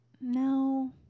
No